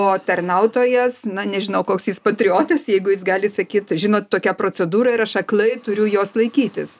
o tarnautojas na nežinau koks jis patriotas jeigu jis gali sakyt žinot tokia procedūra ir aš aklai turiu jos laikytis